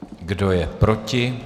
Kdo je proti?